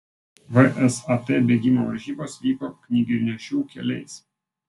vsat bėgimo varžybos vyko knygnešių keliais